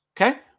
okay